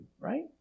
right